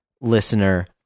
listener